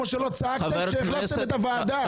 כמו שלא צעקתם כשהחלפתם את הוועדה.